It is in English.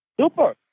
Super